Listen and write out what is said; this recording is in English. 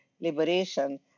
liberation